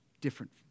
different